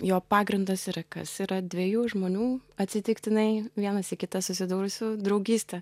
jo pagrindas yra kas yra dviejų žmonių atsitiktinai vienas į kitą susidūrusių draugystė